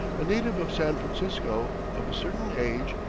a native of san francisco, of a certain age,